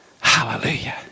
hallelujah